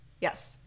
Yes